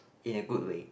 in a good way